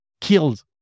killed